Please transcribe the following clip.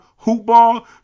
Hoopball